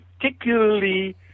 particularly